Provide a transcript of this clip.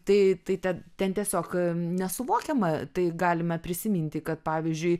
tai tad ten tiesiog nesuvokiama tai galime prisiminti kad pavyzdžiui